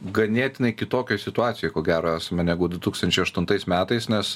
ganėtinai kitokioj situacijoj ko gero esame negu du tūkstančiai aštuntais metais nes